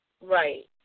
Right